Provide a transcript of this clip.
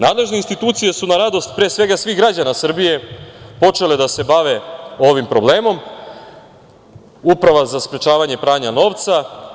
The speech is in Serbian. Nadležne institucije su na radost, pre svega, svih građana Srbije počele da se bave ovim problemom, Uprava za sprečavanje pranja novca.